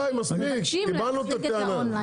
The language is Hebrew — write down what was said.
די, מספיק, קיבלנו את הטענה.